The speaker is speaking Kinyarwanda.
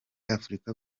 afrika